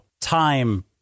time